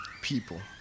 people